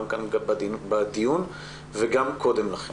גם כאן בדיון וגם קודם לכן.